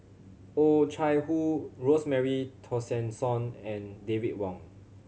Oh Chai Hoo Rosemary Tessensohn and David Wong